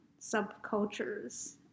subcultures